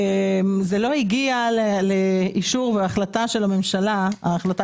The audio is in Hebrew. זה לא הגיע לאישור והחלטה של הממשלה ההחלטה